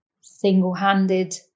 single-handed